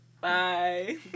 Bye